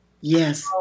Yes